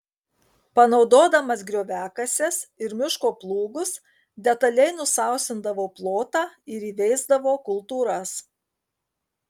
panaudodamas grioviakases ir miško plūgus detaliai nusausindavo plotą ir įveisdavo kultūras